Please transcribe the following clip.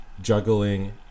juggling